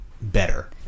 better